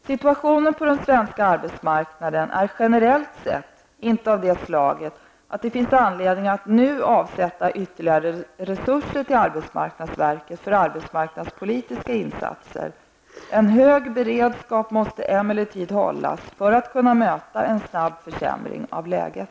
Situationen på den svenska arbetsmarknaden är generellt sett inte av det slaget att det finns anledning att nu avsätta ytterligare resurser till arbetsmarknadsverket för arbetsmarknadspolitiska insatser. En hög beredskap måste emellertid hållas för att kunna möta en snabb försämring av läget.